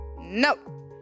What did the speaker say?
No